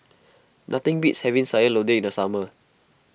nothing beats having Sayur Lodeh in the summer